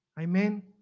Amen